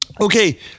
Okay